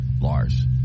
Lars